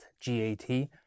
G-A-T